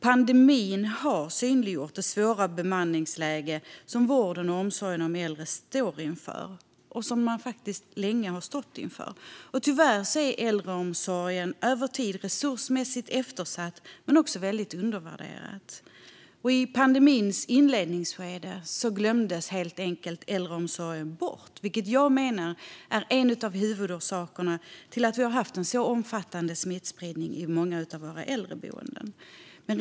Pandemin har synliggjort det svåra bemanningsläge som vården och omsorgen om äldre står inför och faktiskt har stått inför länge. Tyvärr är äldreomsorgen över tid resursmässigt eftersatt men också väldigt undervärderad. I pandemins inledningsskede glömdes äldreomsorgen helt enkelt bort, vilket jag menar är en av huvudorsakerna till att vi haft en så omfattande smittspridning i många av våra äldreboenden.